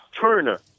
Turner